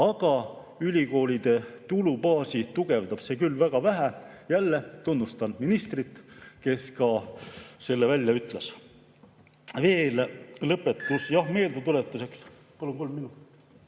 Aga ülikoolide tulubaasi tugevdab see küll väga vähe. Jälle tunnustan ministrit, kes selle ka välja ütles. Lõpetuseks, meeldetuletuseks